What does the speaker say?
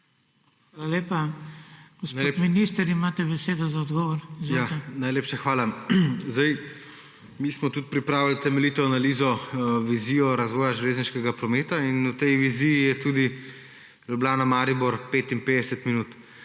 Hvala lepa. Gospod minister, imate besedo za odgovor. Izvolite. JERNEJ VRTOVEC: Najlepša hvala. Mi smo tudi pripravili temeljito analizo, vizijo razvoja železniškega prometa. V tej viziji je tudi Ljubljana–Maribor 55 minut.